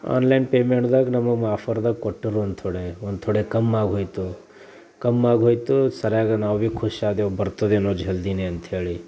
on line ಪೇಮೆಂಟ್ದಾಗೆ ನಮಗೆ ಮ ಆಫರ್ದಾಗೆ ಕೊಟ್ಟರು ಒಂದು ಥೊಡೆ ಒಂದು ಥೊಡೆ ಕಮ್ಮಿ ಆಗ್ಹೋಯ್ತು ಕಮ್ಮಿ ಆಗ್ಹೋಯ್ತು ಸರಿಯಾಗಿ ನಾವು ಭೀ ಖುಷಿ ಆದೆವು ಬರ್ತದೆನೊ ಜಲ್ದಿಯೇ ಅಂಥೇಳಿ